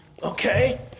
Okay